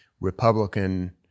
Republican